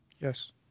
yes